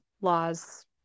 laws